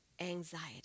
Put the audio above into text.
anxiety